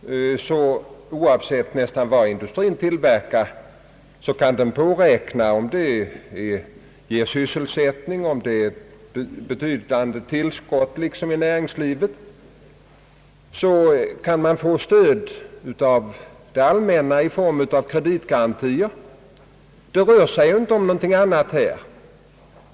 förhåller det sig så, herr Nilsson, att den — nära nog oavsett vad den tillverkar — om den ger ett betydande sysselsättningstillskott inom näringslivet, kan påräkna stöd av det allmänna i form av kreditgarantier,. Det rör sig inte om något annat i detta fall.